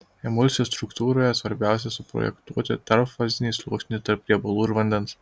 emulsijos struktūroje svarbiausia suprojektuoti tarpfazinį sluoksnį tarp riebalų ir vandens